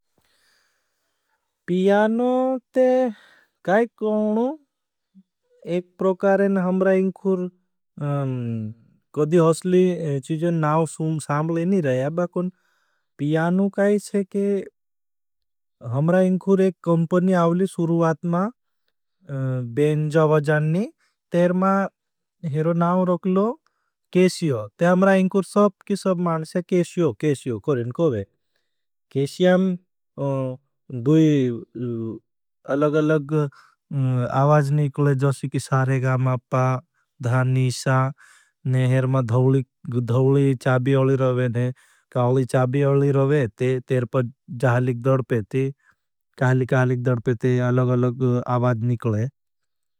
पियानो थे काई कौन। एक प्रोकारें हमरा इंखुर कदी हसली चीज़ों नाओ सामली नहीं रहा याबा कौन। पियानो काई छे के हमरा इंखुर एक कमपणी आओली सुरुवात मा बेन जबज़ाननी। तेर मा हेरो नाओ रखलो केशियो। तेर हमरा इंखुर सब की सब माणस है केशियो करें कोई। केशियां अलग अलग आवाज निकले। जासी की सारे गामा पा, धा, नीशा, नेहर मा धवली चाबी अली रहे ने। काली चाबी अली रहे थे, तेर पर जाहलीक दडपे थी, काली कालीक दडपे थे अलग अलग आवाज निकले।